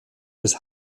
des